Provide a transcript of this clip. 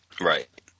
Right